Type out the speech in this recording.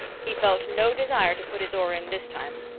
he felt no desire to put his oar in this time.